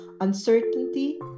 uncertainty